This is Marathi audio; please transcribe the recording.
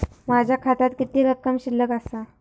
माझ्या खात्यात किती रक्कम शिल्लक आसा?